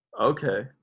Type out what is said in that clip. Okay